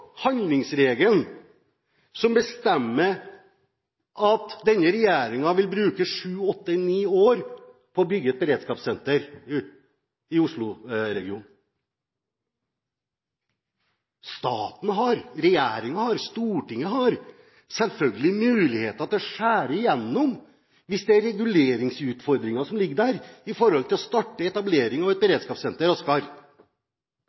handlingsregelen som bestemmer at denne regjeringen vil bruke sju–åtte–ni år på å bygge et beredskapssenter i Oslo-regionen. Staten har, regjeringen har og Stortinget har selvfølgelig muligheter til å skjære igjennom hvis det er reguleringsutfordringer som ligger der når det gjelder å starte etablering av et